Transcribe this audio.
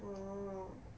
orh